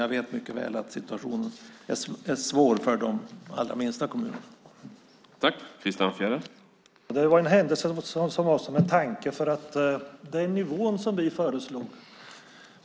Jag vet mycket väl att situationen är svår för de allra minsta kommunerna.